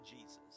Jesus